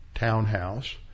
Townhouse